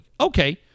okay